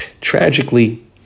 Tragically